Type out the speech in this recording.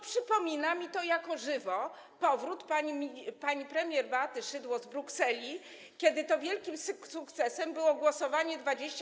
Przypomina mi to jako żywo powrót pani premier Beaty Szydło z Brukseli, kiedy to wielkim sukcesem było głosowanie 27:1.